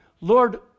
Lord